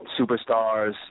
superstars